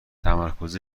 تمرکز